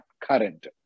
current